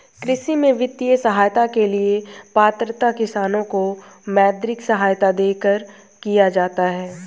कृषि में वित्तीय सहायता के लिए पात्रता किसानों को मौद्रिक सहायता देकर किया जाता है